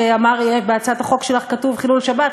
שאמר: בהצעת החוק שלך כתוב חילול שבת,